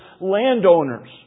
landowners